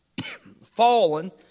fallen